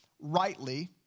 rightly